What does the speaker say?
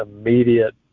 immediate